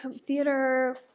theater